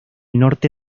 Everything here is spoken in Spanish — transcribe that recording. norte